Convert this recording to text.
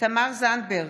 תמר זנדברג,